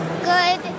Good